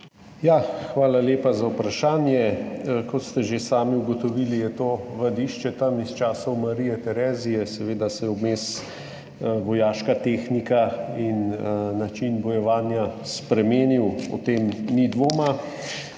Hvala lepa za vprašanje. Kot ste že sami ugotovili, je to vadišče tam iz časov Marije Terezije. Seveda sta se vmes vojaška tehnika in način bojevanja spremenila, o tem ni dvoma.